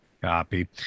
Copy